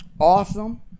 Awesome